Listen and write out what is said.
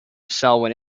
selwyn